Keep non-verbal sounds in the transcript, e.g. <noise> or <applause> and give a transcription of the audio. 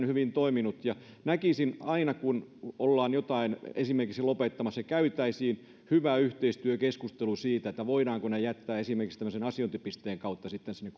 <unintelligible> hyvin toiminut ja näkisin että aina kun ollaan jotain esimerkiksi lopettamassa käytäisiin hyvä yhteistyökeskustelu siitä voidaanko nämä palvelut jättää esimerkiksi tämmöisen asiointipisteen kautta sinne <unintelligible>